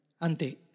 Ante